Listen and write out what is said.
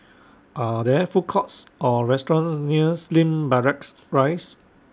Are There Food Courts Or restaurants near Slim Barracks Rise